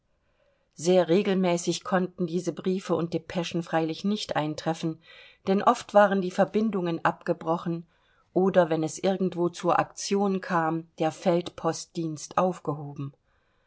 sehr regelmäßig konnten diese briefe und depeschen freilich nicht eintreffen denn oft waren die verbindungen abgebrochen oder wenn es irgendwo zur aktion kam der feldpostdienst aufgehoben